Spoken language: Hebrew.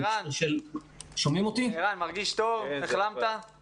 אני שומע את כל הרצון האותנטי והנכון לצמצם את תשלומי ההורים.